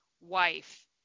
wife